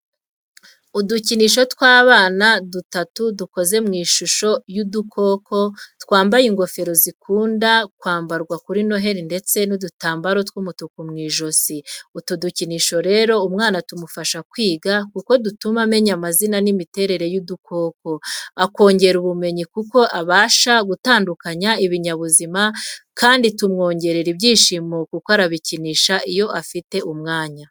Udukinisho tw'abana dutatu dukoze mu ishusho y'udukoko, twambaye ingofero zikunda kwambarwa kuri Noheli ndetse n'udutambaro tw'umutuku mu ijosi. Utu dukinisho rero umwana tumufasha kwiga kuko dutuma amenya amazina n’imiterere y’udukoko, akongera ubumenyi kuko abasha gutandukanya ibinyabuzima kandi tumwongerera ibyishimo kuko arabikinisha iyo afite umwanya.